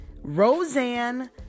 Roseanne